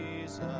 Jesus